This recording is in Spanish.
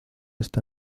esta